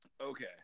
Okay